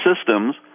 systems